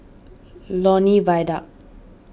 Lornie Viaduct